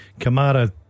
Kamara